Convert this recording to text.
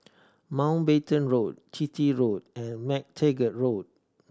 Mountbatten Road Chitty Road and MacTaggart Road